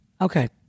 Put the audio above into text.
okay